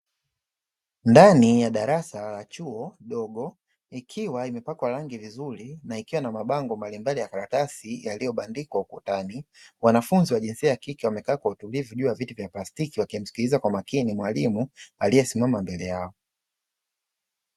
Ndani ya darasa la chuo dogo likiwa limepakwa rangi vizuri na likiwa na mabango mbalimbali ya karatasi yaliyobandikwa ukutani. Wanafunzi wa jinsia ya kike wamekaa kwa utulivu juu ya viti vya plastiki, wakimsikiliza kwa makini mwalimu aliyesimama mbele yao.